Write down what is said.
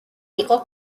იყო